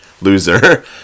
loser